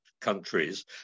countries